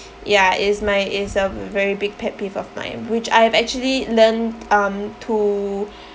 ya it's my it's a very big pet peeve of mine which I've actually learnt um to